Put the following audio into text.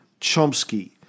Chomsky